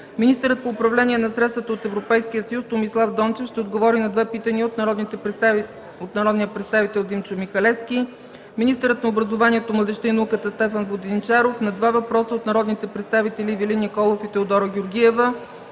Министърът по управление на средствата от Европейския съюз Томислав Дончев ще отговори на две питания от народния представител Димчо Михалевски. Министърът на образованието, младежта и науката Стефан Воденичаров ще отговори на два въпроса от народните представители Ивелин Николов, и Теодора Георгиева.